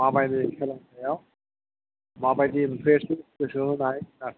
माबायदि सोलोंथाइयाव माबायदि गोसो होनाय सार